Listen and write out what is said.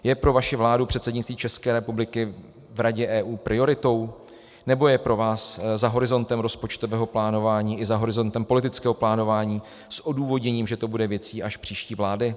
Je pro vaši vládu předsednictví České republiky v Radě EU prioritou, nebo je pro vás za horizontem rozpočtového plánování i za horizontem politického plánování s odůvodněním, že to bude věcí až příští vlády?